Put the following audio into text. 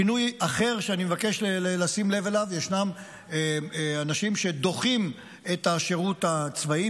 שינוי אחר שאני מבקש לשים לב אליו: ישנם אנשים שדוחים את השירות הצבאי,